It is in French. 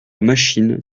machine